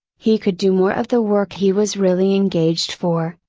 he could do more of the work he was really engaged for,